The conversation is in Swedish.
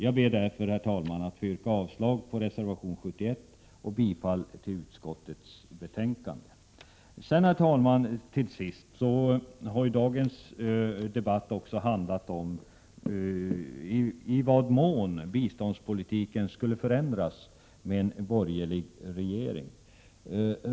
Jag ber därför att få yrka avslag på reservation nr 71 och bifall till utskottets hemställan. Herr talman! Dagens debatt har också handlat om i vad mån biståndspolitiken skulle förändras med en borgerlig regering.